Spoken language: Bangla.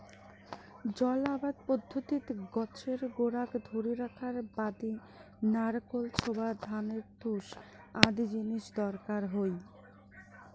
জল আবাদ পদ্ধতিত গছের গোড়াক ধরি রাখার বাদি নারিকল ছোবড়া, ধানের তুষ আদি জিনিস দরকার হই